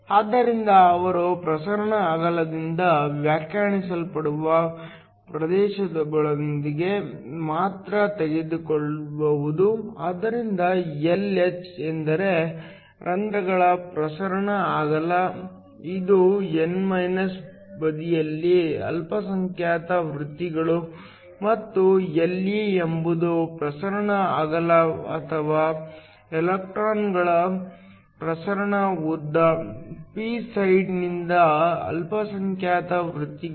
ಆದ್ದರಿಂದ ಅವರು ಪ್ರಸರಣ ಅಗಲದಿಂದ ವ್ಯಾಖ್ಯಾನಿಸಲ್ಪಡುವ ಪ್ರದೇಶದೊಳಗೆ ಮಾತ್ರ ತಗ್ಗಿಸಬಹುದು ಆದ್ದರಿಂದ Lh ಎಂದರೆ ರಂಧ್ರಗಳ ಪ್ರಸರಣ ಅಗಲ ಇದು n ಬದಿಯಲ್ಲಿ ಅಲ್ಪಸಂಖ್ಯಾತ ವೃತ್ತಿಗಳು ಮತ್ತು Le ಎಂಬುದು ಪ್ರಸರಣ ಅಗಲ ಅಥವಾ ಎಲೆಕ್ಟ್ರಾನ್ಗಳ ಪ್ರಸರಣ ಉದ್ದ ಪಿ ಸೈಡ್ನಿಂದ ಅಲ್ಪಸಂಖ್ಯಾತ ವೃತ್ತಿಗಳು